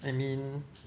I mean